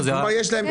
הסברתי קודם.